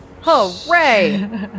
Hooray